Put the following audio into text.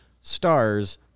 stars